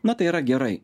na tai yra gerai